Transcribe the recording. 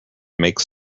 makes